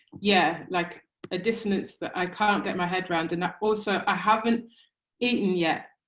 yeah like a dissonance that i can't get my head around and also i haven't eaten yet!